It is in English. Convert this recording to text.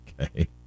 Okay